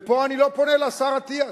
ופה אני לא פונה לשר אטיאס,